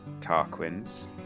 Tarquins